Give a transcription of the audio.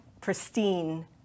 pristine